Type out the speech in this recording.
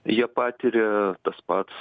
ją patiria tas pats